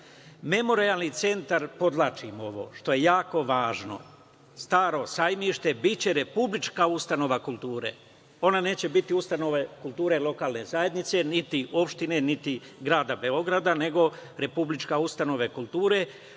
ustaše. Memorijalni centra, podvlačim ovo, što je jako važno, „Staro Sajmište“ biće republička ustanova kulture. Ona neće biti ustanova kulture lokalne zajednice, niti opštine, niti grada Beograda nego republička ustanova kulture,